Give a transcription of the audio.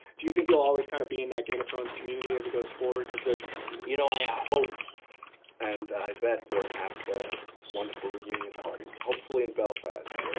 do you think you'll always kind of be in that game of thrones community as it goes forward? cause the you know, i ah hope and i bet we'll have wonderful reunion parties, hopefully in belfast,